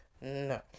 No